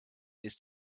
ist